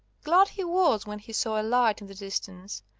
glad he was when he saw a light in the distance,